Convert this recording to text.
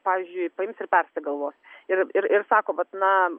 pavyzdžiui paims ir persigalvos ir ir ir sako vat na